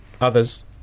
others